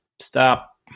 stop